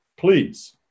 Please